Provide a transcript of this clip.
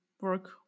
work